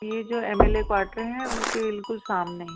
यह जो MLA quarter है उनके बिल्कुल सामने ही